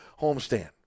homestand